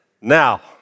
now